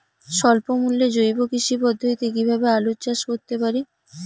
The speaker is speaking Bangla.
স্বল্প মূল্যে জৈব কৃষি পদ্ধতিতে কীভাবে আলুর চাষ করতে পারি?